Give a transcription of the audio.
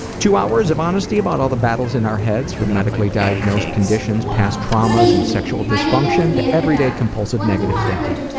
two hours of honesty about all of the battles in our heads from medically diagnosed conditions, past traumas and sexual dysfunction to everyday compulsive, negative thinking.